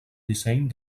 disseny